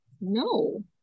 no